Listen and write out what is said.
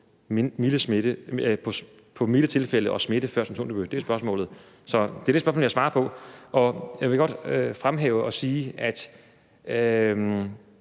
på milde tilfælde og smitte før symptomdebut? Det er spørgsmålet. Så det er det spørgsmål, jeg svarer på. Jeg vil godt fremhæve og sige, at